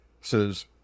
says